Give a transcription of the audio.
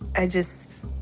i just